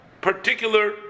particular